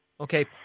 Okay